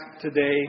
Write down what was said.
today